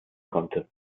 konnte